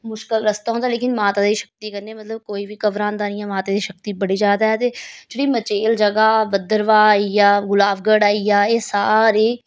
मुश्कल रस्ता होंदा लेकिन माता दी शक्ति कन्नै मतलब कोई बी घबरांदा नेईंं ऐ माता दी शक्ति बड़ी ज्यादा ऐ ते जेह्ड़ी मचेल जगह भद्रवाह आई गेआ गुलाबगढ़ आई गेआ एह् सारे